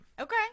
Okay